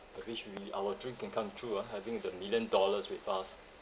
I wish we our dream can come true ah having the million dollars with us